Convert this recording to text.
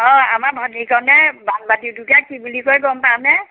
অঁ আমাৰ ভনীকণে বানবাটিতোকে কি বুলি কয় গম পাৱনে